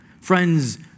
Friends